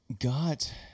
got